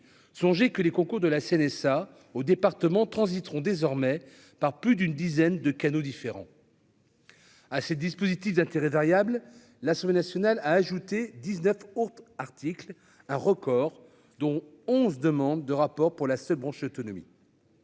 songer que les concours de la CNSA au département transiteront désormais par plus d'une dizaine de canaux différents. Ah, ces dispositifs d'intérêt variable, l'Assemblée nationale a ajouté 19 autres articles un record dont on se demande de rapport pour la seule branche autonomie